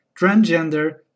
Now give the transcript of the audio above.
transgender